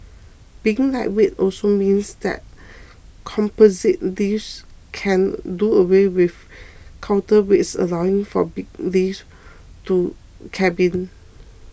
being lightweight also means that composite lifts can do away with counterweights allowing for bigger lift to cabins